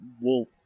wolf